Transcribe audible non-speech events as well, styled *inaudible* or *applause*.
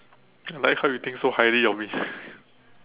I like how you think so highly of me *breath*